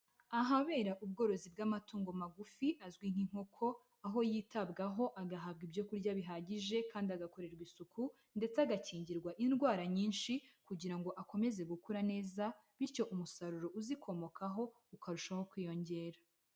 Ahabera ubworozi bw'amatungo magufi azwi nk'inkoko, aho yitabwaho agahabwa ibyo kurya bihagije kandi agakorerwa isuku ndetse agakingirwa indwara nyinshi kugira ngo akomeze gukura neza bityo umusaruro uzikomokaho ukarushaho kwiyongera.